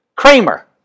Kramer